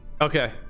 okay